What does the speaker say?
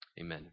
Amen